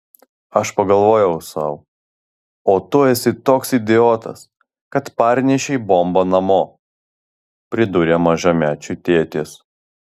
aš pagalvojau sau o tu esi toks idiotas kad parnešei bombą namo pridūrė mažamečių tėtis